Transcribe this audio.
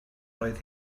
roedd